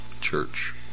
Church